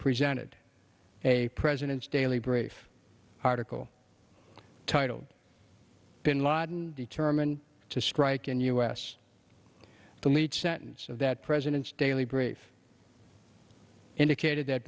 presented a president's daily brief article titled bin laden determined to strike in us the lead sentence of that president's daily brief indicated that